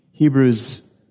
Hebrews